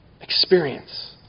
experience